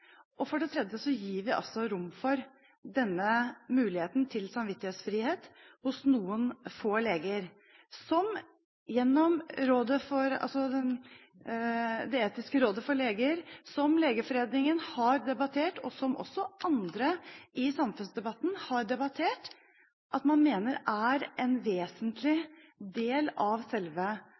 Og for det tredje gir vi rom for denne muligheten til samvittighetsfrihet hos noen få leger, som Rådet for legeetikk, Legeforeningen og også andre i samfunnsdebatten har debattert, og man mener det er en vesentlig del av selve